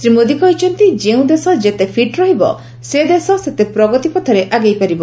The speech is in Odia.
ଶ୍ରୀ ମୋଦି କହିଛନ୍ତି ଯେଉଁ ଦେଶ ଯେତେ ଫିଟ୍ ରହିବ ସେ ଦେଶ ସେତେ ପ୍ରଗତି ପଥରେ ଆଗେଇ ପାରିବ